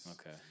Okay